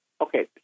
okay